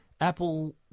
Apple